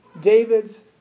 David's